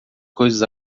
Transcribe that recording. coisas